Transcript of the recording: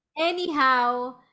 anyhow